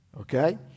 Okay